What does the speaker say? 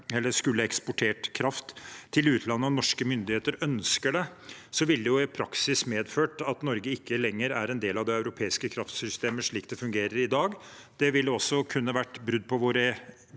Norge skulle eksportert kraft til utlandet kun når norske myndigheter ønsker det, ville det i praksis medført at Norge ikke lenger var en del av det europeiske kraftsystemet slik det fungerer i dag. Det ville også kunne vært brudd på våre forpliktelser